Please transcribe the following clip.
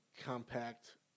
compact